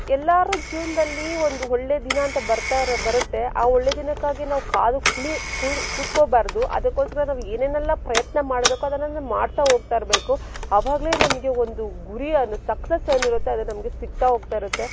ಎಲ್ಲಾರ ಜೀವನದಲ್ಲಿ ಒಂದು ಒಳ್ಳೆ ದಿನ ಅಂತ ಬರ್ತಾ ಇರು ಬರುತ್ತೆ ಆ ಒಳ್ಳೆ ದಿನಕ್ಕಾಗಿ ನಾವು ಕಾದು ಕುಳಿ ಕುಳ್ ಕುತ್ಕೋಬಾರ್ದು ಅದಕ್ಕೋಸ್ಕರ ನಾವು ಏನೇನೆಲ್ಲ ಪ್ರಯತ್ನ ಮಾಡಬೇಕೋ ಅದನ್ನೆಲ್ಲ ನಾವು ಮಾಡ್ತಾ ಹೋಗ್ತಾ ಇರಬೇಕು ಆವಾಗ್ಲೇ ನಮಗೆ ಒಂದು ಗುರಿ ಒಂದು ಸಕ್ಸಸ್ ಏನಿರುತ್ತೆ ಅದು ನಮಗೆ ಸಿಗ್ತಾ ಹೋಗ್ತಾ ಇರುತ್ತೆ